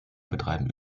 betreiben